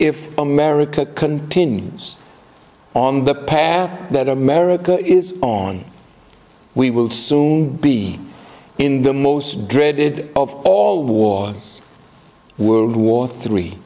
if america continues on the path that america is on we will soon be in the most dreaded of all wars world war three